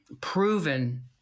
proven